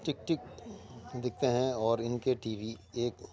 ٹک ٹک دکھتے ہیں اور ان کے ٹی وی ایک